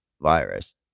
virus